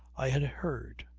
i had heard.